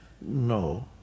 No